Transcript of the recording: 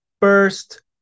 first